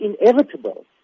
inevitable